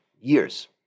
years